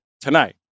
tonight